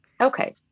Okay